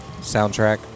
Soundtrack